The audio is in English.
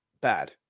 bad